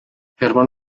herman